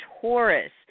Taurus